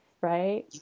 right